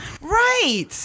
right